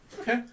Okay